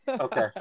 Okay